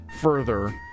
further